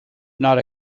not